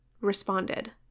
responded